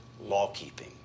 law-keeping